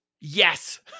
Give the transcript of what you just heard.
yes